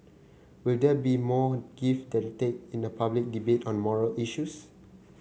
will there be more give than take in a public debate on moral issues